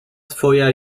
twoja